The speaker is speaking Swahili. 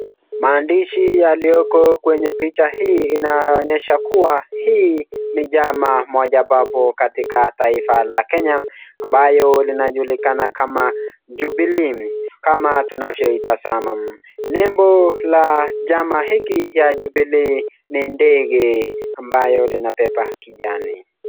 Maandishi yalioko kwenye picha hii inaonyesha kuwa hii ni chama moja ambapo katika taifa la Kenya, ambayo linajulikana kama Jubilee, kama tunavyoitazama, membo la chama hiki ni ndege ambalo linabeba kijani.